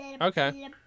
Okay